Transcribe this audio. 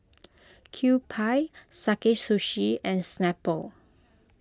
Kewpie Sakae Sushi and Snapple